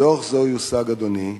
בדרך זו יושג, אדוני,